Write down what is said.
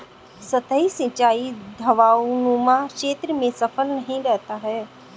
सतही सिंचाई ढवाऊनुमा क्षेत्र में सफल नहीं रहता है